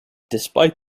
despite